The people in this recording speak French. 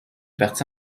parti